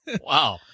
wow